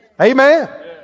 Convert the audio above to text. Amen